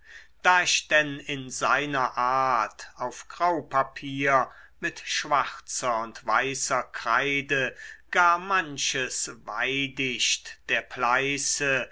da ich denn in seiner art auf grau papier mit schwarzer und weißer kreide gar manches weidicht der pleiße